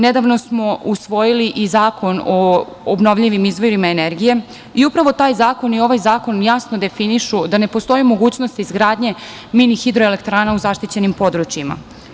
Nedavno smo usvojili i Zakon o obnovljivim izvorima energije i upravo taj zakon i ovaj zakon jasno definišu da ne postoji mogućnost izgradnje mini hidroelektrana u zaštićenim područjima.